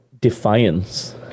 Defiance